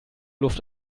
luft